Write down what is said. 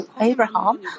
Abraham